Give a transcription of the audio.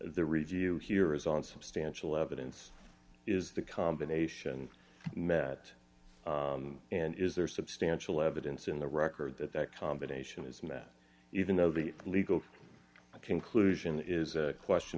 the review here is on substantial evidence is the combination met and is there substantial evidence in the record that that combination is met even though the legal conclusion is a question